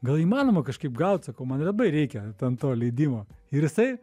gal įmanoma kažkaip gaut sakau man labai reikia ten to leidimo ir jisai